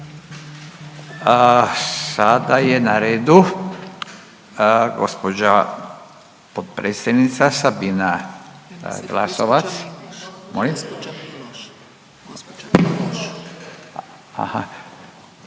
Sada je na redu gđa. potpredsjednica Sabina Glasovac.